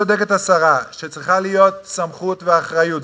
צודקת השרה שצריכות להיות סמכות ואחריות.